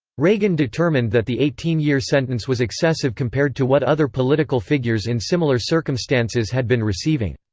reagan determined that the eighteen year sentence was excessive compared to what other political figures in similar circumstances had been receiving.